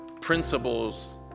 principles